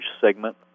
segment